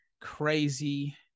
crazy